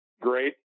great